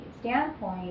standpoint